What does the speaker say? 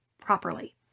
properly